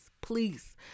please